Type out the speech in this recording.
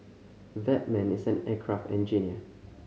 that man is an aircraft engineer